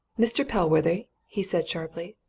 mr. pellworthy? he said sharply.